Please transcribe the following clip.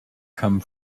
come